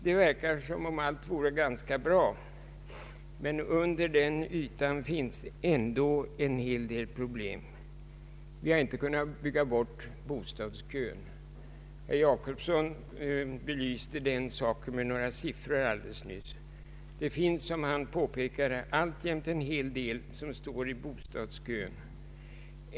Det verkar som om allt vore ganska bra, men under ytan finns ändå en hel del problem. Vi har inte kunnat bygga bort bostadskön. Herr Per Jacobsson belyste den saken med några siffror alldeles nyss. Det finns, som han påpekade, alltjämt många människor som står i bostadskö.